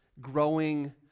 growing